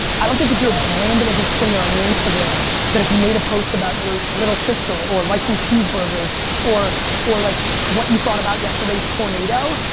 i don't think if you're branded as a singer on your instagram that if you made a post about your little sister or liking cheeseburgers or or like what you thought about yesterday's tornado,